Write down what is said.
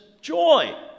joy